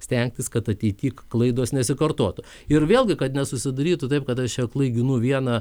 stengtis kad ateity klaidos nesikartotų ir vėl gi kad nesusidarytų taip kad aš čia klaiginu vieną